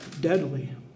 deadly